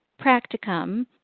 practicum